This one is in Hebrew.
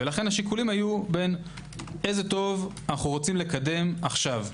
לכן השיקולים היו בין איזה טוב אנחנו רוצים לקדם עכשיו,